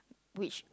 which